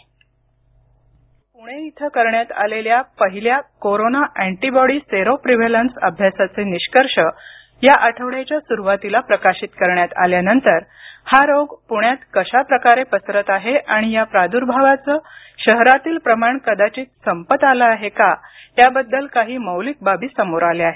पणे सेरो सर्वेक्षण महाराष्ट्रात पुणे इथं करण्यात आलेल्या पहिल्या कोरोना अँटीबॉडी सेरोप्रिव्हेलन्स अभ्यासाचे निष्कर्ष या आठवड्याच्या सुरुवातीला प्रकाशित कऱण्यात आल्यानंतर हा रोग पुण्यात कशाप्रकारे पसरत आहे आणि या प्रादुर्भावाचं शहरातील प्रमाण कदाचित संपत आलं आहे का त्याबद्दल काही मौलिक बाबी समोर आल्या आहेत